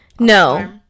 no